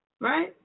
Right